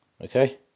Okay